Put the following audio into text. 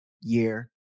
year